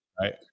Right